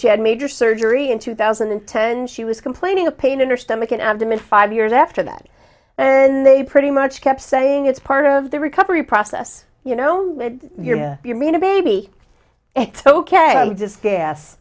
she had major surgery in two thousand and ten she was complaining of pain in her stomach and abdomen five years after that and they pretty much kept saying it's part of the recovery process you know here you mean a baby ok just gas